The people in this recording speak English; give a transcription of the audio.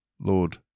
Lord